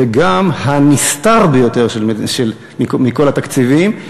וגם הנסתר ביותר מכל התקציבים.